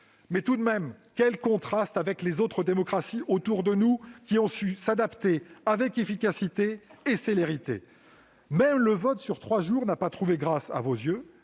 tout de même avec les autres démocraties qui, autour de nous, ont su s'adapter avec efficacité et célérité ! Même le vote sur trois jours n'a pas trouvé grâce à vos yeux